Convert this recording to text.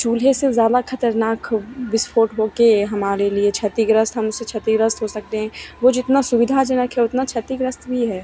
चूल्हे से ज़्यादा खतरनाक विस्फोट हो के हमारे लिए क्षतिग्रस्त हम उससे क्षतिग्रस्त हो सकते हैं वह जितना सुविधाजनक है उतना क्षतिग्रस्त भी है